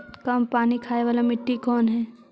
कम पानी खाय वाला मिट्टी कौन हइ?